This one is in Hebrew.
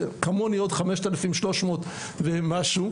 וכמוני עוד 5,300 ומשהו,